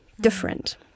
different